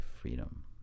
freedom